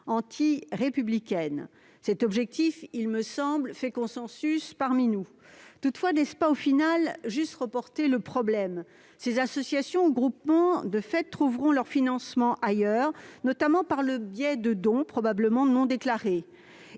antirépublicaines. Cet objectif me semble faire consensus parmi nous. Toutefois, n'est-ce pas au final juste reporter le problème ? Ces associations ou groupements de fait trouveront leur financement ailleurs, notamment par le biais de dons probablement non déclarés.